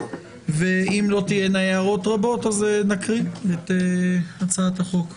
אם לא תהיינה הערות רבות, נקריא את הצעת החוק.